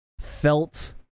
felt